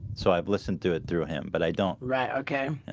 so i've listened through it through him, but i don't write okay,